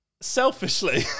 selfishly